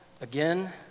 again